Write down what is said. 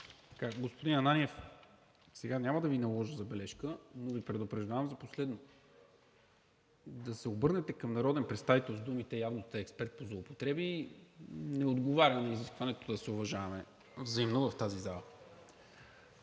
Господин Ананиев, сега няма да Ви наложа забележка, но Ви предупреждавам за последно. Да се обърнете към народен представител с думите „явно сте експерт по злоупотреби“ не отговаря на изискването да се уважаваме взаимно в тази зала.